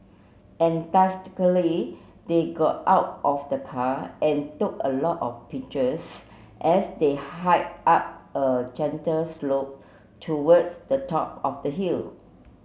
enthusiastically they got out of the car and took a lot of pictures as they hike up a gentle slope towards the top of the hill